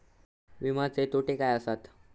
विमाचे तोटे काय आसत?